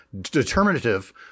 determinative